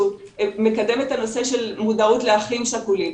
שהוא מקדם את הנושא של מודעות לאחים שכולים.